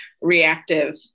reactive